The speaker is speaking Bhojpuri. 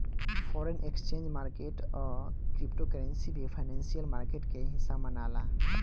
फॉरेन एक्सचेंज मार्केट आ क्रिप्टो करेंसी भी फाइनेंशियल मार्केट के हिस्सा मनाला